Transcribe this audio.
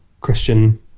Christian